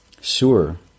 Sure